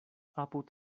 apud